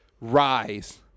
rise